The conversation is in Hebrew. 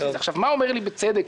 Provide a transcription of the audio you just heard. מה אומרים, בצדק,